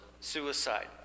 suicide